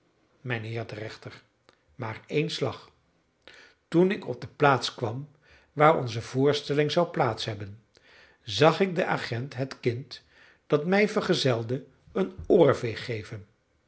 mijnheer de rechter maar een slag toen ik op de plaats kwam waar onze voorstelling zou plaats hebben zag ik den agent het kind dat mij vergezelde een oorveeg geven